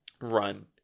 run